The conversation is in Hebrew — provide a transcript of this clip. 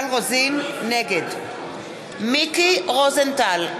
נגד מיקי רוזנטל,